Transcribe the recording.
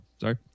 sorry